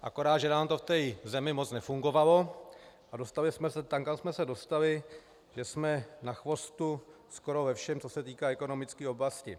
Akorát že nám to v té zemi moc nefungovalo a dostali jsme se tam, kam jsme se dostali, že jsme na chvostu skoro ve všem, co se týká ekonomické oblasti.